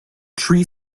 tree